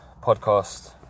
podcast